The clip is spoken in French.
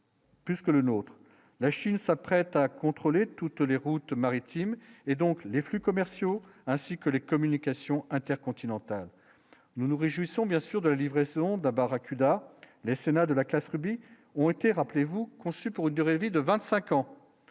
Plus que le nôtre, la Chine s'apprête à contrôler toutes les routes maritimes et donc les flux commerciaux ainsi que les communications intercontinentales, nous nous réjouissons, bien sûr, de livraison d'un barracuda sénats de la classe Club ont été rappelez-vous conçu pour une durée de vie de 25 ans